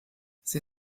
sie